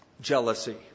jealousy